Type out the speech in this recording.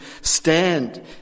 stand